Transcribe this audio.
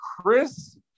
Chris